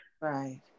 Right